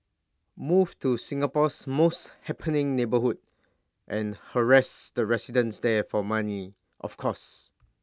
move to Singapore's most happening neighbourhood and harass the residents there for money of course